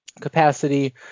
capacity